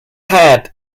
head